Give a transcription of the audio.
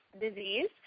disease